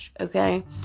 okay